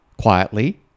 quietly